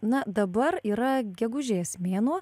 na dabar yra gegužės mėnuo